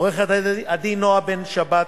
עורכת-דין נועה בן-שבת,